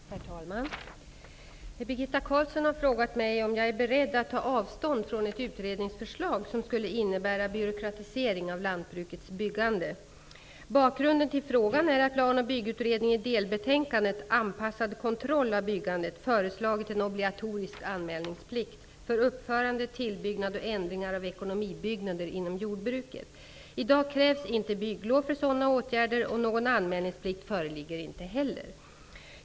Herr talman! Birgitta Carlsson har frågat mig om jag är beredd att ta avstånd från ett utredningsförslag som skulle innebära byråkratisering av lantbrukets byggande. Bakgrunden till frågan är att Plan och byggutredningen i delbetänkandet föreslagit en obligatorisk anmälningsplikt för uppförande, tillbyggnad och ändringar av ekonomibyggnader inom jordbruket. I dag krävs inte bygglov för sådana åtgärder, och någon anmälningsplikt föreligger inte heller.